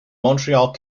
montreal